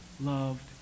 loved